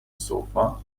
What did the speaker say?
sofa